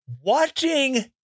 Watching